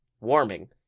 Warming